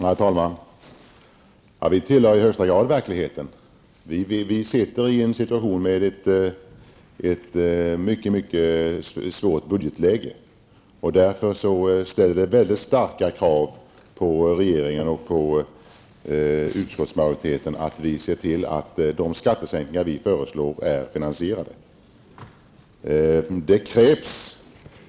Herr talman! Vi tillhör i hög grad verkligheten. Vi befinner oss i en situation med ett mycket svårt budgetläge. Därför ställer det mycket stora krav på regeringen och på utskottsmajoriteten att vi ser till att de skattesänkningar vi föreslår är finansierade.